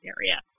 area